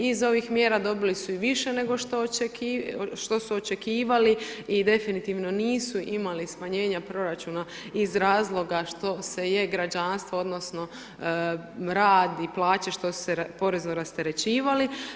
Iz ovih mjera dobili su i više nego što su očekivali i definitivno nisu imali smanjenja proračuna iz razloga što se je građanstvo odnosno rad i plaće što se porezno rasterećivali.